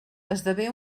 esdevé